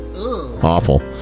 Awful